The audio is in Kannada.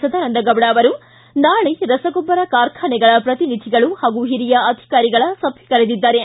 ಸದಾನಂದಗೌಡ ಅವರು ನಾಳೆ ರಸಗೊಬ್ಬರ ಕಾರ್ಖಾನೆಗಳ ಪ್ರತಿನಿಧಿಗಳು ಹಾಗೂ ಓರಿಯ ಅಧಿಕಾರಿಗಳ ಸಭೆ ಕರೆದಿದ್ದಾರೆ